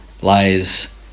lies